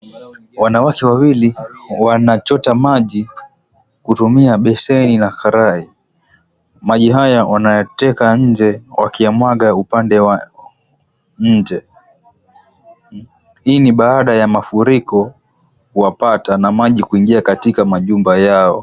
Wanawake wawili wanachota maji kutumia beseni na karai, maji haya wanayateka nje wakiyamwaga upande wa nje, hii ni baada ya mafuriko wapata na maji kuingia katika majumba yao.